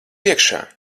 iekšā